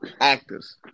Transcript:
actors